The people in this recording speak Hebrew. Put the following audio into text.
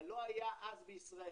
אבל לא היה אז בישראל,